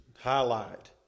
highlight